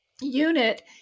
unit